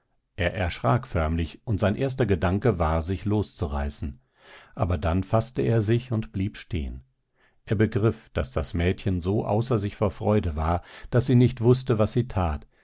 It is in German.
er erschrak förmlich und sein erster gedanke war sich loszureißen aber dann faßte er sich und blieb stehen er begriff daß das mädchen so außer sich vor freude war daß sie nicht wußte was sie tat